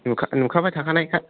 नुखा नुखाबाय थाखानायखा